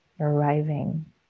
arriving